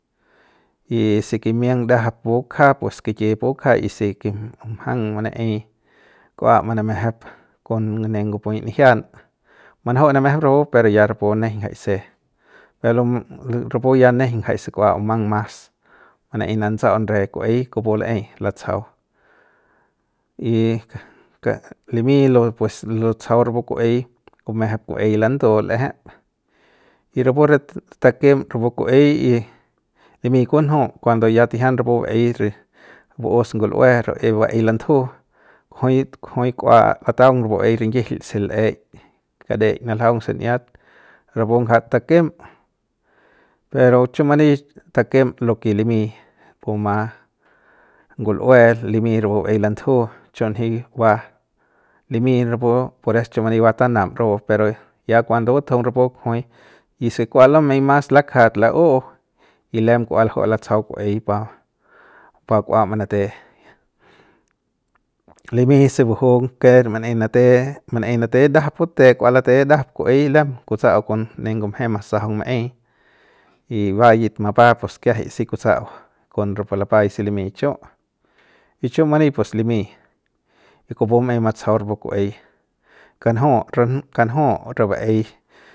Y si kimiang ndajap pubak'ja pues kiki y si mjang manaey mjang kua manamejep kon ne ngup'uy nijian manaju namejep rapu pero ya rapu nejeiñ jaise rapu ya nejeiñ jaise kua bumang mas manaey natsa'aun re ku'uey kupu la'ey latsajau y ka ka limy lo pues lutsajau rapu ku'uey bumejep ku'uey landu l'ejep y rapure takem rapu ku'ey y limy kunju kuando ya tijian rapu ba'ey re bu'us ngul'ue re re ba'ey lan'dju kujui kujui kua lataung re ba'ey rinyijil se l'eik kareik naljaung se n'iat rapu ngja takem pero chu mani takem loke limy puma ngul'ue limy rapu ba'ey landju'u chunji ba limy rapu pores chu many va tanam rapu pero ya kuando batjung rapu kujui hice kua lumey mas lakjat la'u'u lem kua la'ju'u latsajau ku'uey pa pa k'ua manate limy se buju ker manaey manate manaey manate ndajap bute kua late ndajap ku'uey lem kutsa'au kon ne ngumje masajaung maey y va yit mapaa pues ki'iajai si kutsa'au kon rapu lapay se limy chu y chu many pues limy y kupu ma'ey matsajau rapu ku'uey kanju re kanju re ba'ey.